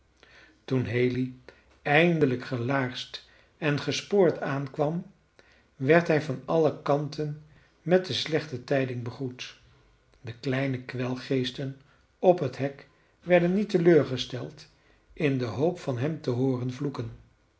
toen haley eindelijk gelaarsd en gespoord aankwam werd hij van alle kanten met de slechte tijding begroet de kleine kwelgeesten op het hek werden niet teleurgesteld in de hoop van hem te hooren vloeken